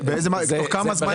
תוך כמה זמן?